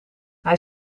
hij